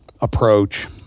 approach